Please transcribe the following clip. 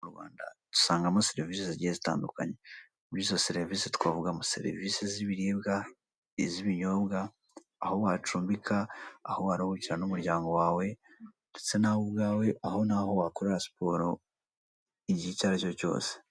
Mu Rwanda dusangamo serivise zigiye zitandukanye. Muri izo serivise twavugamo serivise z'ibiribwa, iz'ibinyobwa, aho wacumbika, aho waruhukira n'umuryango wawe ndetse nawe ubwawe aho nawe wakorera siporo igihe icyo aricyo cyose.